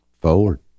forward